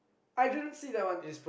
I didn't see that one